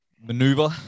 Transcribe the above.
maneuver